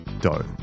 dough